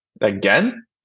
Again